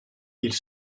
ils